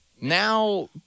Now